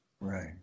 Right